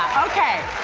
okay.